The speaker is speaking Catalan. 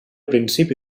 principi